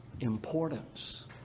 Importance